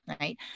right